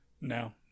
no